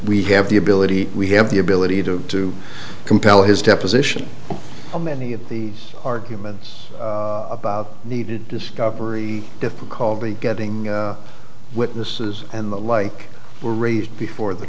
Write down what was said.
we have the ability we have the ability to compel his deposition many of the arguments about needed discovery difficulty getting witnesses and the like were raised before the